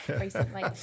recently